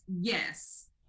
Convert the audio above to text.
yes